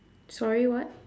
sorry what